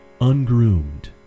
ungroomed